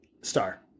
star